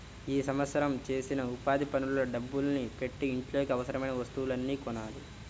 ఈ సంవత్సరం చేసిన ఉపాధి పనుల డబ్బుల్ని పెట్టి ఇంట్లోకి అవసరమయిన వస్తువుల్ని కొనాలి